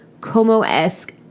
Como-esque